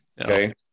Okay